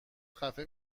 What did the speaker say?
خفه